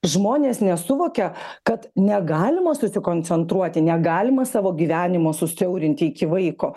žmonės nesuvokia kad negalima susikoncentruoti negalima savo gyvenimo susiaurinti iki vaiko